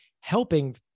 helping